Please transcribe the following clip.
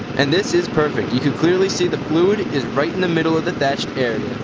and this is perfect. you can clearly see the fluid is right in the middle of the dashed area.